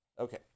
Okay